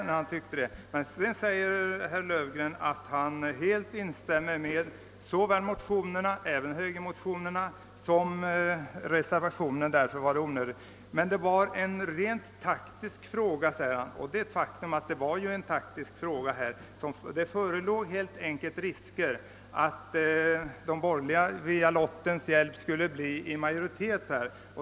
Sedan sade emellertid herr Löfgren, att han helt instämde med såväl yrkandena i motionerna även högermotionerna — som innehållet i reservationen och att han därför ansåg det onödigt att rösta. Det var av tekniska skäl, sade han. Ett faktum är ju också att det förelåg risk för att de borgerliga med lottens hjälp skulle bli i majoritet.